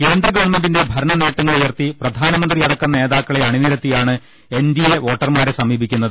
കേന്ദ്ര ഗവൺമെന്റിന്റെ ഭരണനേട്ടങ്ങളുയർത്തി പ്രധാനമന്ത്രിയടക്കം നേതാക്കളെ അണിനിരത്തിയാണ് എൻ ഡി എ വോട്ടർമാരെ സമീ പിക്കുന്നത്